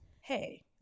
hey